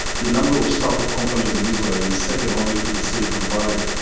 the number of start-up companies in israel is second only to the silicon valley,